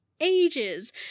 ages